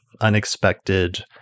unexpected